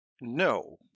no